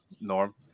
Norm